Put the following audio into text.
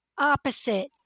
opposite